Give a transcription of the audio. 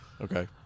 Okay